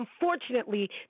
unfortunately